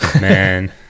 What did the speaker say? Man